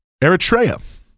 Eritrea